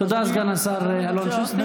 תודה, סגן השר אלון שוסטר.